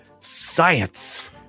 science